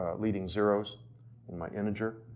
leading zeros in my integer.